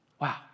Wow